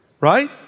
Right